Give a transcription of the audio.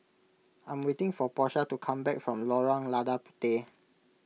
I am waiting for Porsha to come back from Lorong Lada Puteh